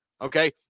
Okay